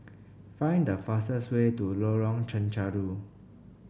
find the fastest way to Lorong Chencharu